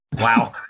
Wow